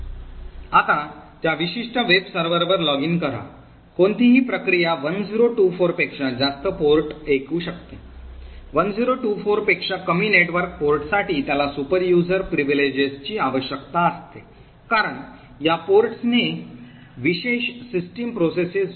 आता त्या विशिष्ट वेब सर्व्हरवर लॉगिन करा कोणतीही प्रक्रिया 1024 पेक्षा जास्त पोर्ट ऐकू शकते 1024 पेक्षा कमी नेटवर्क पोर्टसाठी त्याला सुपरयुझर विशेषाधिकारांची आवश्यकता असते कारण या पोर्ट्सने विशेष सिस्टीम प्रक्रियेस जोडलेले आहेत